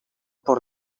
por